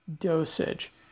dosage